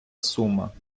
сума